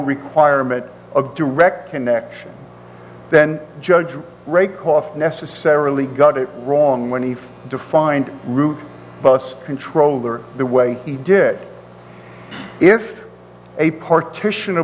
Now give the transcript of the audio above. requirement of direct connection then judge rake off necessarily got it wrong when he defined root bus controller the way he did if a partition a